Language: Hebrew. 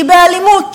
היא באלימות.